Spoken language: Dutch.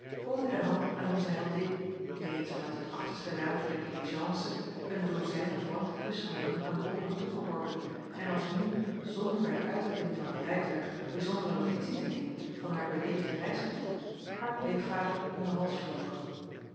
hij de hand aan onze heldin die reeds van uit het achterste raampje der diligence een dozijn of wat kushanden aan bol had toegeworpen en alsnu zonder bij t uitklimmen van het rijtuig bijzondere notitie te nemen van haar beleefden reisgenoot haar pleegvader om den hals vloog